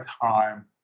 time